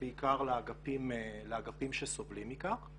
היא כואבת בעיקר לאגפים שסובלים מכך,